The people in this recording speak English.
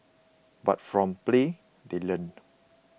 but from play they learn